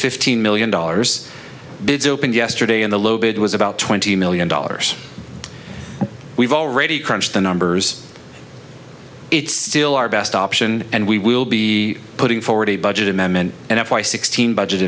fifteen million dollars bids opened yesterday in the low bid was about twenty million dollars we've already crunched the numbers it's still our best option and we will be putting forward a budget amendment and f y sixteen budget